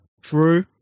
True